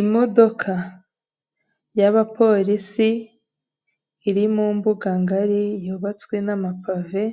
Imodoka y'abapolisi, iri mu mbuga ngari yubatswe n'amapave